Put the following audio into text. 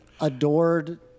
adored